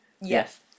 Yes